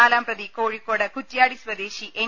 നാലാംപ്രതി കോഴിക്കോട് കുറ്റ്യാടി സ്വദേശി എൻ